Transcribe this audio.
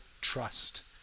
trust